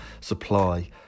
supply